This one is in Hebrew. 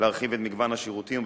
להרחיב את מגוון השירותים,